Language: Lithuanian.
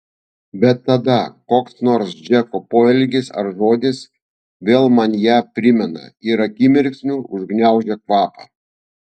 bet tada koks nors džeko poelgis ar žodis vėl man ją primena ir akimirksniu užgniaužia kvapą